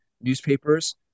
newspapers